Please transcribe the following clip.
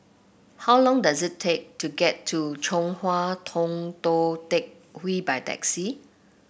how long does it take to get to Chong Hua Tong Tou Teck Hwee by taxi